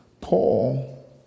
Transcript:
Paul